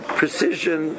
precision